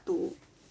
to